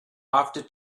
after